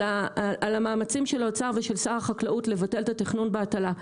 על המאמצים של האוצר ושל שר החקלאות לבטל את התכנון בהטלה.